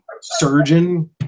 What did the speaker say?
surgeon